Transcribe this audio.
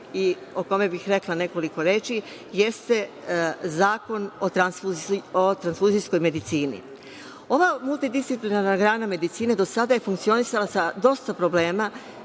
i o kome bih rekla nekoliko reči jeste Zakon o transfuzijskoj medicini. Ova multidisciplinarna grana medicine do sada je funkcionisala sa dosta problema